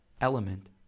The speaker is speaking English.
element